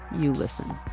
you listen.